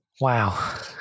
wow